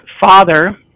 father